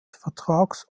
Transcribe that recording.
vertrags